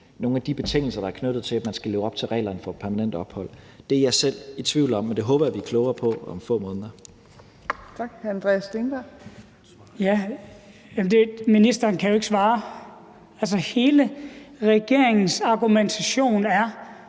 nogle af de betingelser, der er knyttet til, at man skal leve op til reglerne for permanent ophold? Det er jeg selv i tvivl om, men det håber jeg at blive klogere på om få måneder. Kl. 17:48 Tredje næstformand (Trine Torp): Tak. Hr.